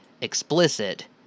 explicit